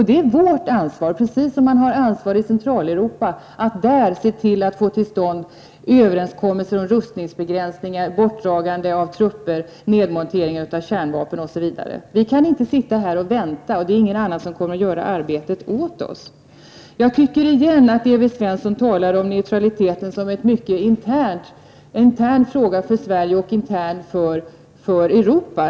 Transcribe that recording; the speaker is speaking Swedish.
Det är vårt ansvar, precis som man i Centraleuropa har ett ansvar för att få till stånd överenskommelser om rustningsbegränsningar, bortdragande av trupper, nedmontering av kärnvapen osv. Vi kan inte sitta här och bara vänta. Ingen annan kommer att göra arbetet åt oss. Jag tycker fortfarande att Evert Svensson talar om neutraliteten som en intern fråga för Sverige och Europa.